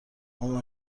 مامان